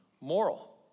moral